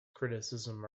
criticism